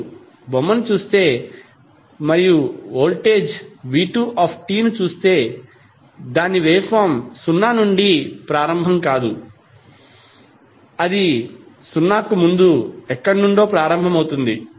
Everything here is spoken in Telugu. మీరు బొమ్మను చూస్తే మరియు వోల్టేజ్ v2t ను చూస్తే దాని వేవ్ ఫార్మ్ 0 నుండి ప్రారంభం కాదు అది 0 కు ముందు ఎక్కడ నుండో ప్రారంభమవుతుంది